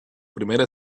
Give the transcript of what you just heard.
primera